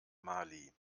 mali